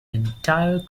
entire